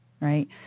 Right